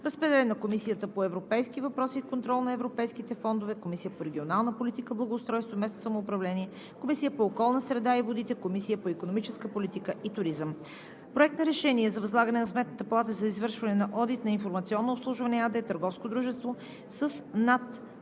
Разпределен е на Комисията по европейски въпроси и контрол на европейските фондове; Комисията по регионална политика, благоустройство и местно самоуправление; Комисията по околната среда и водите; Комисията по икономическата политика и туризъм. Проект на решение за възлагане на Сметната палата за извършване на одит на „Информационно обслужване“ АД –